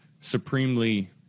supremely